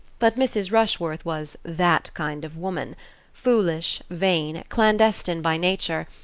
but mrs. rushworth was that kind of woman foolish, vain, clandestine by nature,